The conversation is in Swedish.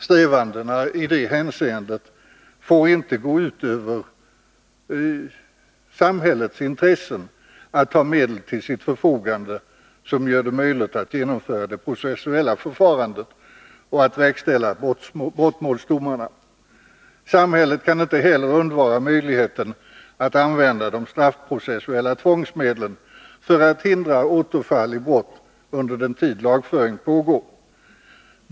Strävandena i det hänseendet får inte gå ut över samhällets intresse av att ha medel till sitt förfogande som gör det möjligt att genomföra det processuella förfarandet och verkställa brottmålsdomarna. Samhället kan inte heller undvara möjligheten att använda de straffprocessuella tvångsmedlen för att hindra återfall i brott under den tid lagföring pågår.